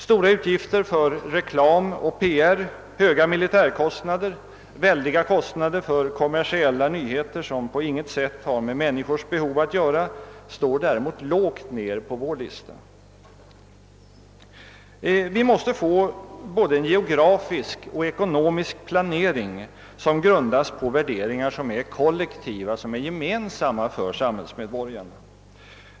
Stora utgifter för reklam och PR, höga militärkostnader, väldiga kostnader för kommersiella nyheter som på inget sätt har med människors behov att göra står däremot lågt på vår lista. Vi måste få en både geografisk och ekonomisk planering som grundas på värderingar som är kollektiva, gemensamma för samhällsmedborgarna.